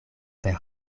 per